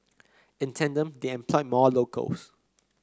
in tandem they employed more locals